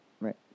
Right